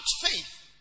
faith